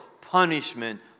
punishment